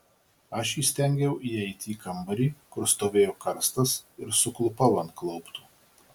aš įstengiau įeiti į kambarį kur stovėjo karstas ir suklupau ant klauptų